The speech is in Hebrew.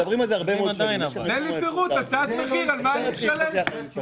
תהליך גם כוח